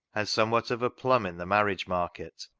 and somewhat of a plum in the marriage market.